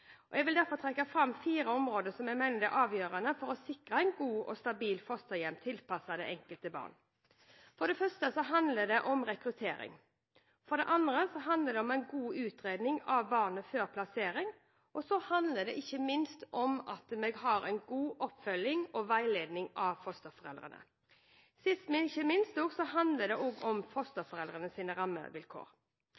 Jeg vil trekke fram fire områder som jeg mener er avgjørende for å sikre gode og stabile fosterhjem tilpasset det enkelte barn. For det første handler det om rekruttering, for det andre handler det om en god utredning av barnet før plassering, og for det tredje handler det om god oppfølging og veiledning av fosterforeldrene. Sist, men ikke minst handler det om fosterforeldrenes rammevilkår. Det er barne-, ungdoms- og